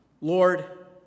Lord